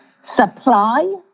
supply